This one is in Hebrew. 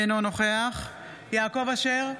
אינו נוכח יעקב אשר,